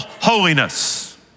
holiness